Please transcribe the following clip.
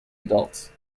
adults